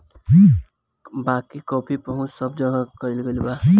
बाकी कॉफ़ी पहुंच सब जगह हो गईल बा